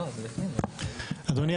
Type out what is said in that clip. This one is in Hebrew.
אדוני,